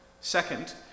Second